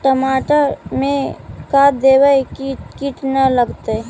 टमाटर में का देबै कि किट न लगतै?